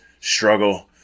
struggle